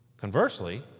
Conversely